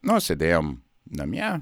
nu sėdėjom namie